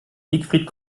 siegfried